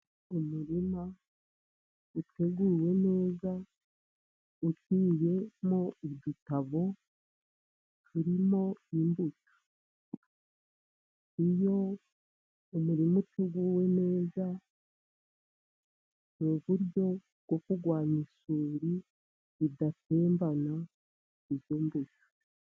Umurima uteguwe neza, uhinzemo udutabo turimo imbuto. Iyo umurima uteguwe neza, mu buryo bwo kurwanya isuri, ngo idatembana izo mbuto.